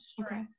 Okay